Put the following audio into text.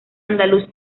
andaluz